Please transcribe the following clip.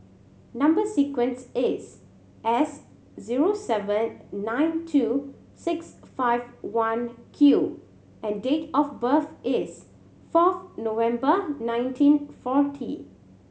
number sequence is S zero seven nine two six five one Q and date of birth is fourth November nineteen forty